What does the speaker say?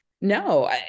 no